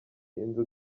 inzu